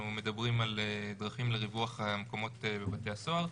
מדברים על דרכים לריווח מקומות בבתי הסוהר,